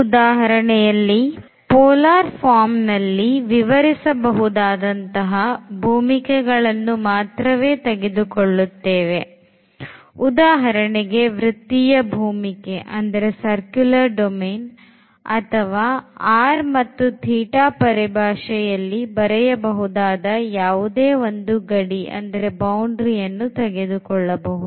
ಉದಾಹರಣೆಯಲ್ಲಿ polar form ನಲ್ಲಿ ವಿವರಿಸಬಹುದಾದಂತಹ ಭೂಮಿಕೆ ಗಳನ್ನುಮಾತ್ರವೇ ತೆಗೆದುಕೊಳ್ಳುತ್ತೇವೆ ಉದಾಹರಣೆಗೆ ವೃತ್ತೀಯ ಭೂಮಿಕೆ ಅಥವಾ r ಮತ್ತು θ ಪರಿಭಾಷೆಯಲ್ಲಿ ಬರೆಯಬಹುದಾದ ಯಾವುದೇ ಒಂದು ಗಡಿಯನ್ನು ತೆಗೆದುಕೊಳ್ಳಬಹುದು